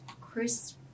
chris